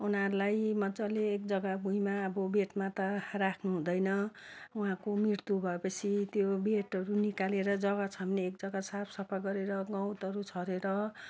उनीहरूलाई मजाले एक जग्गा भुइमा अब बेडमा त राख्नुहुँदैन उहाँको मृत्यु भयो पछि त्यो बेडहरू निकालेर जग्गा छ भने जग्गा साफसफाइ गरेर गउँतहरू छरेर